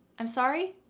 i'm sorry.